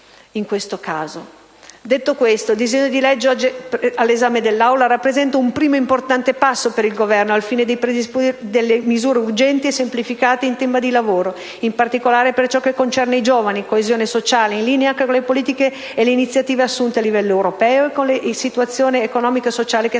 settore. Detto questo, il disegno di legge oggi all'esame dell'Aula rappresenta un primo importante passo per il Governo al fine della predisposizione di misure urgenti e semplificate in tema di lavoro, in particolare per ciò che concerne i giovani, e di coesione sociale, in linea anche con le politiche e le iniziative assunte a livello europeo e con la situazione economica e sociale che sta